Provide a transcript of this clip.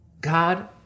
God